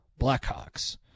Blackhawks